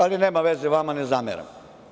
Ali, nema veze, vama ne zameram.